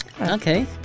Okay